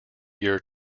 year